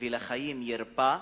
ולחיים יירפא,